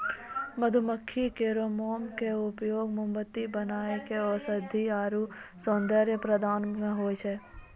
मधुमक्खी केरो मोम क उपयोग मोमबत्ती बनाय म औषधीय आरु सौंदर्य प्रसाधन म होय छै